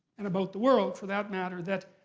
and about the world, for that matter, that